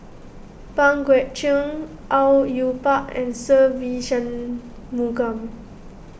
Pang Guek Cheng Au Yue Pak and Se Ve Shanmugam